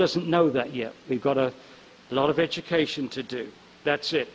doesn't know that yet we've got a lot of education to do that's it